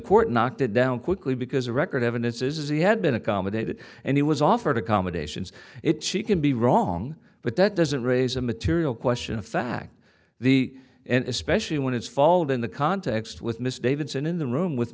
court knocked it down quickly because the record evidence says he had been accommodated and he was offered accommodations it she could be wrong but that doesn't raise a material question of fact the and especially when it's followed in the context with mr davidson in the room with